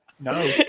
No